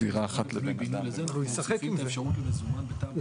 אנחנו מציפים את האפשרות למזומן בתמ"א.